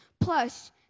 Plus